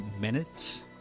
Minutes